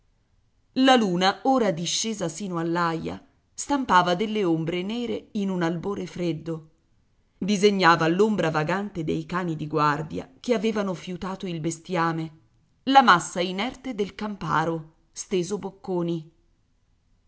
la luna ora discesa sino all'aia stampava delle ombre nere in un albore freddo disegnava l'ombra vagante dei cani di guardia che avevano fiutato il bestiame la massa inerte del camparo steso bocconi